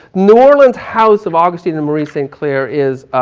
new orleans house of augustine and marie st. clair, is